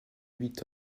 huit